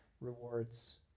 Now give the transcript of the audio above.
rewards